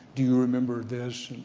do you remember this,